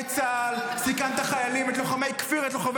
לוחמי כוח 100 --- חברת הכנסת גוטליב, די.